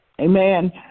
Amen